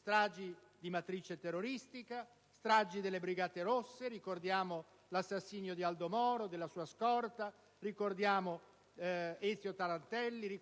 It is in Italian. stragi di matrice terroristica, stragi delle Brigate rosse (ricordiamo l'assassinio di Aldo Moro e della sua scorta; ricordiamo Ezio Tarantelli,